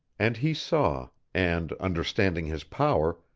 and he saw, and, understanding his power,